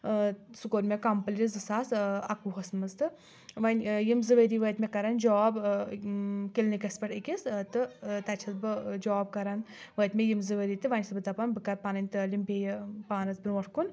ٲں سُہ کوٚر مےٚ کمپٕلیٖٹ زٕ ساس ٲں اَکوُہس منٛز تہٕ وۄنۍ ٲں یِم زٕ ؤری وٲتۍ مےٚ کران جوٛاب ٲں کٕلنِکس پٮ۪ٹھ أکِس ٲں تہٕ ٲں تَتہِ چھیٚس بہٕ جوٛاب کران وٲتۍ مےٚ یِم زٕ ؤری تہٕ وۄنۍ چھیٚس بہٕ دپان بہٕ کرٕ پنٕنۍ تعلیٖم بیٚیہِ پانَس برٛونٛٹھ کُن